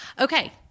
okay